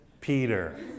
Peter